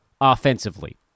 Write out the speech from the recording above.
offensively